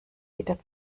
wieder